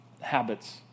habits